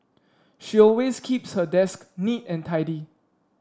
she always keeps her desk neat and tidy